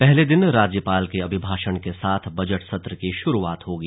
पहले दिन राज्यपाल के अभिभाषण के साथ बजट सत्र की शुरुआत होगी